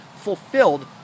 fulfilled